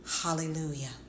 Hallelujah